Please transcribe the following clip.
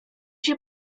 się